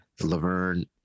Laverne